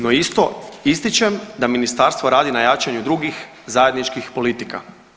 No, isto ističem da ministarstvo radi na jačanju drugih zajedničkih politika.